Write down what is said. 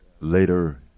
later